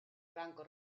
franco